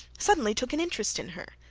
suddenly took an interest in her,